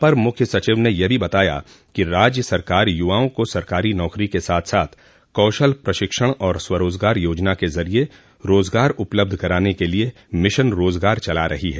अपर मुख्य सचिव ने यह भी बताया कि राज्य सरकार युवाओं को सरकारी नौकरी के साथ साथ कौशल प्रशिक्षण और स्वरोजगार योजना के ज़रिए रोजगार उपलब्ध कराने के लिए मिशन रोजगार चला रही ह